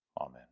Amen